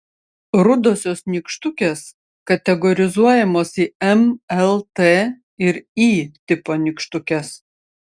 rudosios nykštukės kategorizuojamos į m l t ir y tipo nykštukes